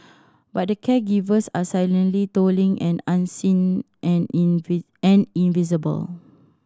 but the caregivers are silently toiling and unseen and in an invisible